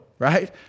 right